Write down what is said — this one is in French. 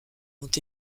ont